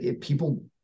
people